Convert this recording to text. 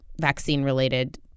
vaccine-related